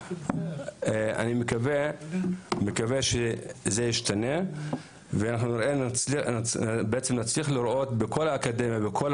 אני מקווה שזה ישתנה ואנחנו נצליח לראות בכל האקדמיות ובכל